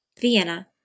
Vienna